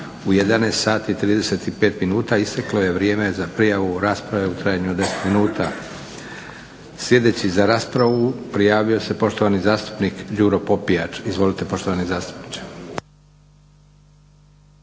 i 35 minuta isteklo je vrijeme za prijavu rasprave u trajanju od 10 minuta. Sljedeći za raspravu prijavio se poštovani zatupnik Đuro Popijač. Izvolite poštovani zastupniče.